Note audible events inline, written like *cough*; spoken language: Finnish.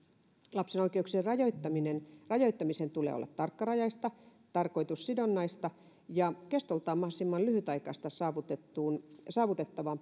lapsen oikeuksien rajoittamisen rajoittamisen tulee olla tarkkarajaista tarkoitussidonnaista ja kestoltaan mahdollisimman lyhytaikaista saavutettavaan saavutettavaan *unintelligible*